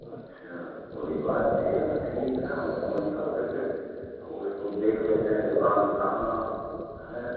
अच्छा कोई बात नहीं है तो ठीक है हम समय निकाल करके अब वह उसको देख लेते हैं दूकान कहाँ है